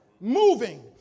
moving